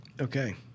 Okay